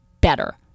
better